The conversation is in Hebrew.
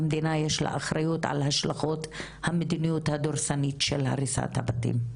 למדינה יש אחריות על השלכות המדיניות הדורסנית של הריסת הבתים,